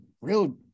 real